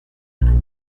antiguo